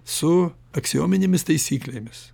su aksiominėmis taisyklėmis